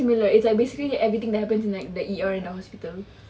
similar it's like basically everything that happens in like the E_R in the hospital